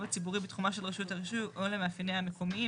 הציבורי בתחומה של רשות הרישוי או למאפייניה המקומיים.